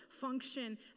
function